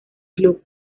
club